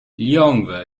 lilongwe